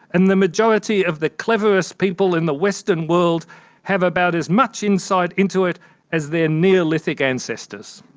and the majority of the cleverest people in the western world have about as much insight into it as their neolithic ancestors.